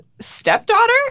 stepdaughter